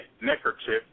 neckerchief